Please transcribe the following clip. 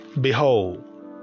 behold